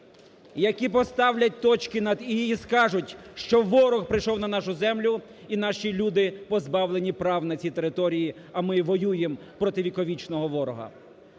Які поставлять точки над "і" і скажуть, що ворог прийшов на нашу землю, і наші люди позбавлені прав на цій території, а ми воюємо проти віковічного ворога.